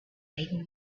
laden